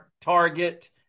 target